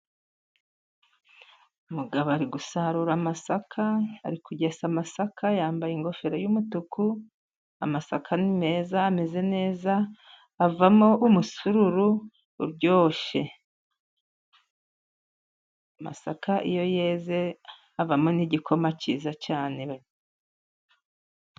Umugabo ari gusarura amasaka, ari kugesa amasaka, yambaye ingofero y'umutuku .Amasaka ni meza, ameze neza, avamo umusururu uryoshe .Amasaka iyo yeze avamo n'igikoma cyiza cyane.